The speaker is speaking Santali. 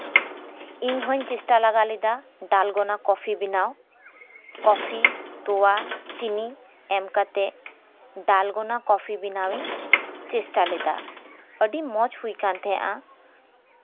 ᱤᱧ ᱦᱚᱸᱧ ᱪᱮᱥᱴᱟ ᱞᱮᱜᱟ ᱞᱮᱫᱟ ᱰᱟᱞᱜᱚᱱᱟ ᱠᱚᱯᱷᱤ ᱵᱮᱱᱟᱣ ᱠᱚᱯᱷᱤ ᱛᱚᱣᱟ ᱪᱤᱱᱤ ᱮᱢ ᱠᱟᱛᱮ ᱰᱟᱞᱜᱚᱱᱟ ᱠᱚᱯᱷᱤ ᱵᱮᱱᱟᱣᱤᱧ ᱪᱮᱥᱴᱟ ᱞᱮᱫᱟ ᱟᱹᱰᱤ ᱢᱚᱸᱡᱽ ᱦᱩᱭ ᱟᱠᱟᱱ ᱛᱟᱦᱮᱸᱱᱟ